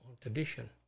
tradition